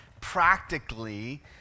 practically